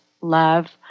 love